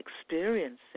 experiencing